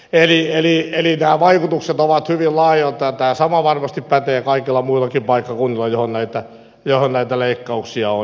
eli nämä vaikutukset ovat hyvin laajoja ja tämä sama varmasti pätee kaikilla muillakin paikkakunnilla joihin näitä leikkauksia on kohdistunut